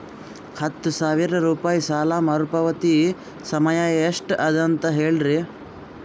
ಹತ್ತು ಸಾವಿರ ರೂಪಾಯಿ ಸಾಲ ಮರುಪಾವತಿ ಸಮಯ ಎಷ್ಟ ಅದ ಅಂತ ಹೇಳರಿ?